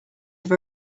have